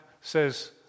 says